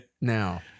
Now